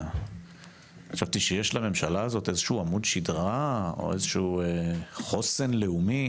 חשבתי שיש לממשלה הזו עמוד שדרה או חוסן לאומי,